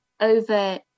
over